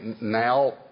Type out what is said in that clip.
now